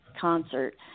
concert